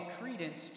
credence